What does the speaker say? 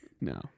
No